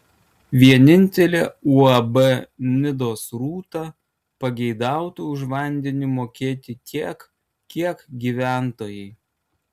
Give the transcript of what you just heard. vienintelė uab nidos rūta pageidautų už vandenį mokėti tiek kiek gyventojai